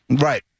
Right